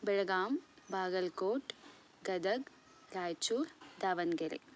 Belgaum Bagalkot Gadag Raichur Davangere